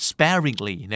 Sparingly